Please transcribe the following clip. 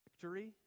victory